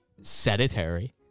sedentary